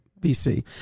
BC